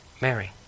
Mary